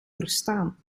verstaan